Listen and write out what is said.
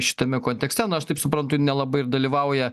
šitame kontekste nu aš taip suprantu ji nelabai ir dalyvauja